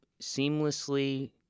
seamlessly